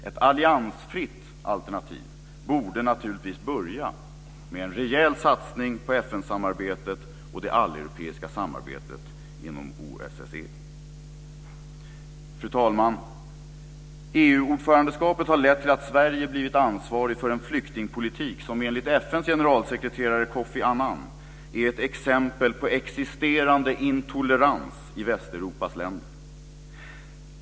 Ett alliansfritt alternativ borde naturligtvis börja med en rejäl satsning på FN-samarbetet och det alleuropeiska samarbetet inom OSSE. Fru talman! EU-ordförandeskapet har lett till att Sverige blivit ansvarigt för en flyktingpolitik som enligt FN:s generalsekreterare Kofi Annan är ett exempel på existerande intolerans i Västeuropas länder.